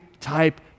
type